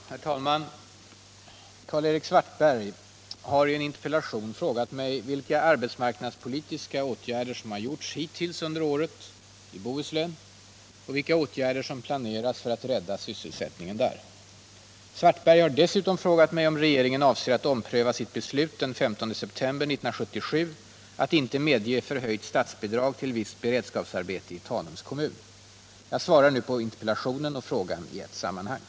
Herr talman! Karl-Erik Svartberg har i en interpellation frågat mig vilka arbetsmarknadspolitiska åtgärder som har vidtagits hittills under året i Bohuslän och vilka åtgärder som planeras för att rädda sysselsättningen där. Svartberg har dessutom frågat mig om regeringen avser att ompröva sitt beslut av den 15 september 1977 att inte medge förhöjt statsbidrag till visst beredskapsarbete i Tanums kommun. Jag svarar nu på interpellationen och frågan i ett sammanhang.